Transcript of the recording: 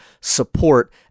support